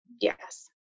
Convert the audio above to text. Yes